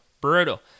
Brutal